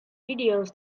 videos